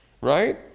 right